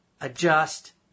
Adjust